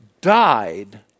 died